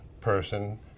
person